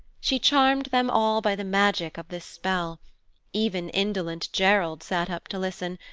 she charmed them all by the magic of this spell even indolent gerald sat up to listen,